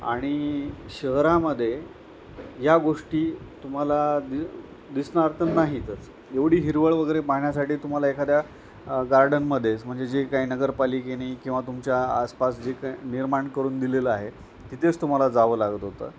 आणि शहरामध्ये या गोष्टी तुम्हाला दि दिसणार थ नाहीतच एवढी हिरवळ वगैरे पाहण्यासाठी तुम्हाला एखाद्या गार्डनमध्येच म्हणजे जे काही नगरपालिकेनी किंवा तुमच्या आसपास जे का निर्माण करून दिलेलं आहे तिथेच तुम्हाला जावं लागत होतं